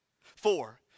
four